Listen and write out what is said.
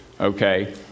Okay